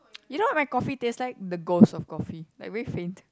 you know my coffee taste like the ghost of coffee like very faint